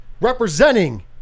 Representing